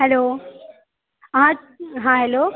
hello हॅं hello